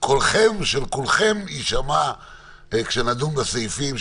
קולכם כל כולכם יישמע כשנדון בסעיפים,